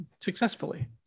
successfully